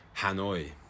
Hanoi